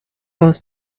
our